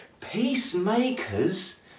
Peacemakers